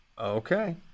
Okay